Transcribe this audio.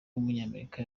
w’umunyamerika